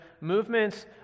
movements